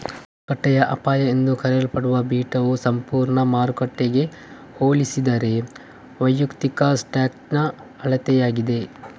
ಮಾರುಕಟ್ಟೆಯ ಅಪಾಯ ಎಂದೂ ಕರೆಯಲ್ಪಡುವ ಬೀಟಾವು ಸಂಪೂರ್ಣ ಮಾರುಕಟ್ಟೆಗೆ ಹೋಲಿಸಿದರೆ ವೈಯಕ್ತಿಕ ಸ್ಟಾಕ್ನ ಅಳತೆಯಾಗಿದೆ